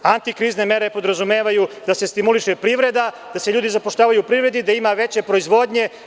Antikrizne mere podrazumevaju da se stimuliše privreda, da se ljudi zapošljavaju u privredi i da ima veće proizvodnje.